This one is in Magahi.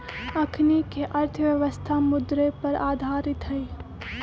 अखनीके अर्थव्यवस्था मुद्रे पर आधारित हइ